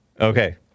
Okay